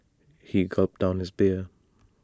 he gulped down his beer